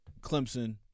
Clemson